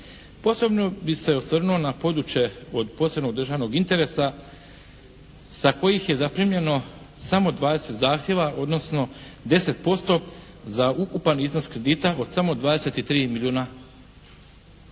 Posebno bih se osvrnuo na područje od posebnog državnog interesa sa kojih je zaprimljeno samo 20 zahtjeva, odnosno 10% za ukupan iznos kredita od samo 23 milijuna